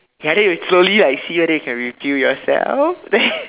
ya then you slowly like see her then you can reveal yourself then